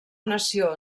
nació